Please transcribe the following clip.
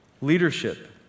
leadership